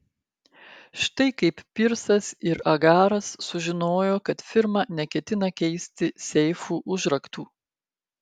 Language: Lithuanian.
štai kaip pirsas ir agaras sužinojo kad firma neketina keisti seifų užraktų